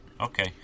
Okay